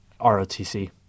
ROTC